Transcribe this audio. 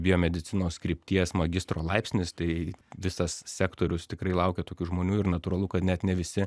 biomedicinos krypties magistro laipsnis tai visas sektorius tikrai laukia tokių žmonių ir natūralu kad net ne visi